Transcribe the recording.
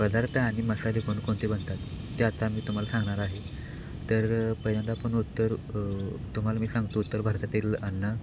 पदार्थ आणि मसाले कोणकोणते बनतात ते आत्ता मी तुम्हाला सांगणार आहे तर पहिल्यांदा आपण उत्तर तुम्हाला मी सांगतो उत्तर भारतातील अन्न